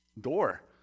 door